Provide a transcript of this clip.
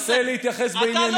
תנסה להתייחס בענייניות.